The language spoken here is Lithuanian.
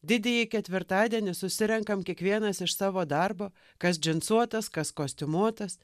didįjį ketvirtadienį susirenkam kiekvienas iš savo darbo kas džinsuotas kas kostiumuotas